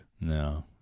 No